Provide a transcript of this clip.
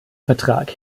vertrag